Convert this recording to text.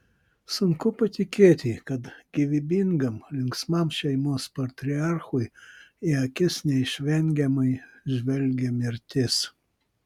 sunku patikėti kad gyvybingam linksmam šeimos patriarchui į akis neišvengiamai žvelgia mirtis